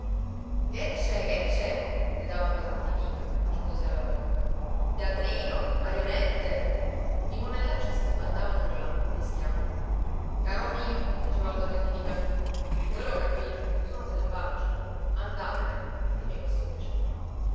che c'è che c'è gridava padron di nica facendosi alla porta teatrino marionette i monellacci si sbandavano urlando fischiando caro mio diceva allora il di nica al cleen voi lo capite sono selvaggi andatevene fatemi questo piacere